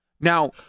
Now